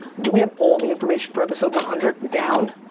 do we have all the information for episode one hundred down?